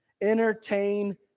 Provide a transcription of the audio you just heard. entertain